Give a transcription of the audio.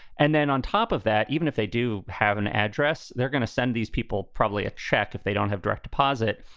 and then on top of that, even if they do have an address, they're going to send these people probably a check. if they don't have direct deposit,